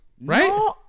Right